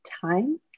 time